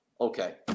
Okay